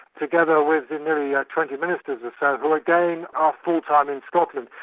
together with nearly yeah twenty ministers or so who again are full-time in scotland.